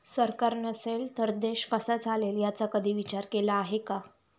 सरकार नसेल तर देश कसा चालेल याचा कधी विचार केला आहे का?